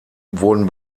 wurden